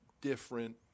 different